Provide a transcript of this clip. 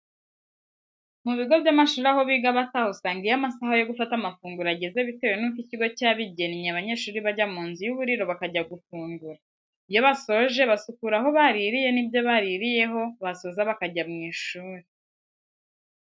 Mu bigo by'amashuri aho biga bataha usanga iyo amasaha yo gufata amafunguro ajyeze bitewe nuko icyigo cyabijyennye abanyeshuri bajya mu nzu y'uburiro bakajya gufungura ,iyo basoje basukura aho baririye n'ibyo baririyeho basoza bakajya mu ishuri.